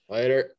Later